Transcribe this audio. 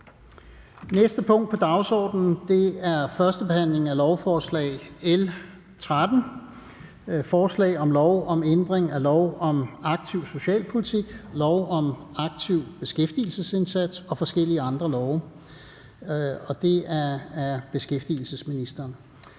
næste punkt på dagsordenen er: 9) 1. behandling af lovforslag nr. L 13: Forslag til lov om ændring af lov om aktiv socialpolitik, lov om en aktiv beskæftigelsesindsats og forskellige andre love. (Reform af kontanthjælpssystemet,